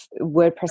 WordPress